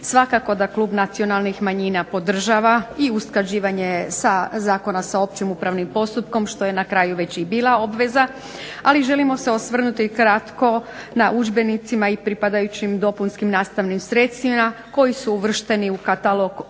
Svakako da klub Nacionalnih manjina podržava i usklađivanje zakona sa općim upravnim postupkom što je na kraju već i bila obveza, ali želimo se osvrnuti kratko na udžbenicima i pripadajućim dopunskim nastavnim sredstvima koji su uvršteni u katalog od